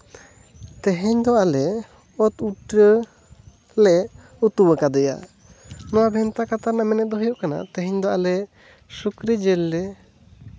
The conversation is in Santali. ᱛᱮᱦᱮᱧ ᱫᱚ ᱟᱞᱮ ᱚᱛ ᱩᱴᱟᱹ ᱞᱮ ᱩᱛᱩ ᱠᱟᱫᱮᱭᱟ ᱱᱚᱣᱟ ᱵᱷᱮᱱᱛᱟ ᱠᱟᱛᱷᱟ ᱨᱮᱭᱟᱜ ᱢᱮᱱᱮᱛ ᱦᱩᱭᱩᱜ ᱠᱟᱱᱟ ᱛᱮᱦᱮᱧ ᱫᱚ ᱟᱞᱮ ᱥᱩᱠᱨᱤ ᱡᱤᱞ ᱞᱮ